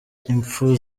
impfu